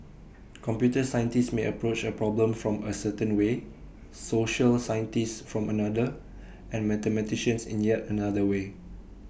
computer scientists may approach A problem from A certain way social scientists from another and mathematicians in yet another way